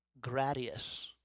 Gradius